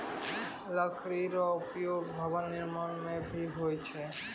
लकड़ी रो उपयोग भवन निर्माण म भी होय छै